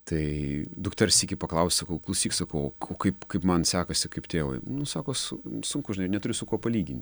tai dukters sykį paklausiau sakau klausyk sakau o kaip kaip man sekasi kaip tėvui nu sako su sunku žinai neturiu su kuo palygin